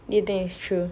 do you think it's true